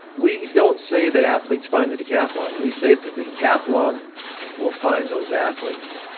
we don't say that athletes find the decathlon. we say that the decathlon will find those athletes.